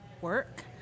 work